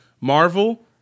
Marvel